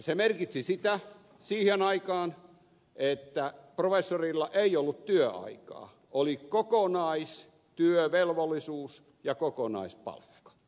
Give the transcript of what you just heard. se merkitsi siihen aikaan sitä että professorilla ei ollut työaikaa oli kokonaistyövelvollisuus ja kokonaispalkka